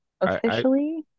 officially